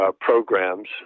programs